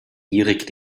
gierig